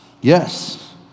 Yes